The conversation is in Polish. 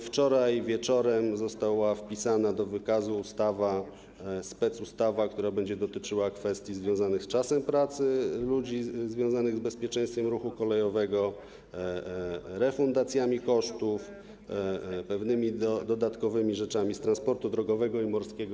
Wczoraj wieczorem została wpisana do wykazu specustawa, która będzie dotyczyła kwestii związanych z czasem pracy ludzi związanych z bezpieczeństwem ruchu kolejowego, refundacjami kosztów, pewnymi dodatkowymi rzeczami z zakresu transportu drogowego i morskiego.